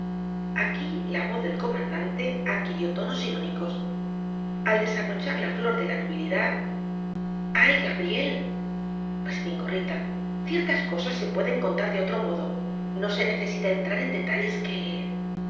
aquí la voz del comandante adquirió tonos irónicos al desabrochar la flor de la nubilidad ay gabriel respingó rita ciertas cosas se pueden contar de otro modo no se necesita entrar en detalles que